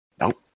Nope